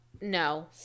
No